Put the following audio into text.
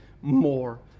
more